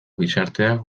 gizarteak